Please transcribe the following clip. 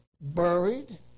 Buried